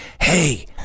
hey